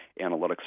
analytics